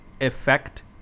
effect